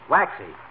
Waxy